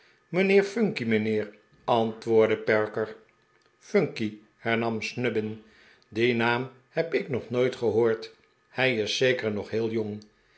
phunky mijnheer ant woordde perker phunky hernam snubbin dien naam heb ik nog nooit gehoord hij is zeker nog heel jong